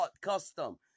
Custom